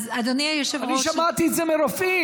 אני שמעתי את זה מרופאים.